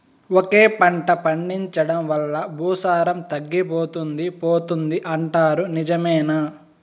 ఒకే పంట పండించడం వల్ల భూసారం తగ్గిపోతుంది పోతుంది అంటారు నిజమేనా